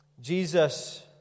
Jesus